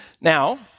Now